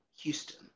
Houston